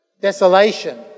desolation